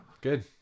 Good